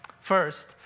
first